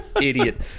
idiot